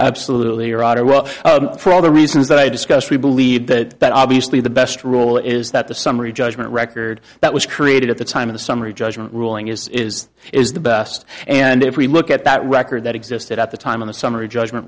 well for all the reasons that i discussed we believe that that obviously the best rule is that the summary judgment record that was created at the time of the summary judgment ruling is is is the best and if we look at that record that existed at the time of the summary judgment